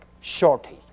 shortage